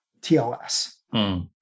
TLS